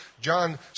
John